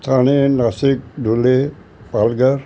Thane Nashik Dhule Palghar